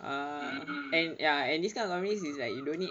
um and ya and this kind of company is like you don't need